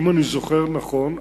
אם אני זוכר נכון,